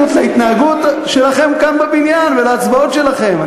להתנהגות שלכם כאן בבניין ולהצבעות שלכם.